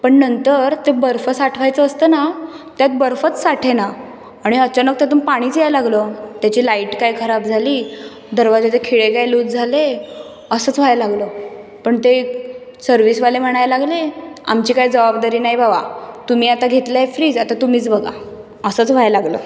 पण नंतर ते बर्फ साठवायचं असतं ना त्यात बर्फच साठेना आणि अचानक त्यातून पाणीच यायला लागलं त्याची लाईट काय खराब झाली दरवाज्याचे खिळे काय लूज झाले असंच व्हायला लागलं पण ते सर्व्हिसवाले म्हणायला लागले आमची काही जबाबदारी नाही बाबा तुम्ही आता घेतलं आहे फ्रीझ आता तुम्हीच बघा असंच व्हायला लागलं